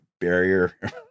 barrier